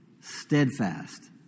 steadfast